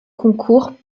concours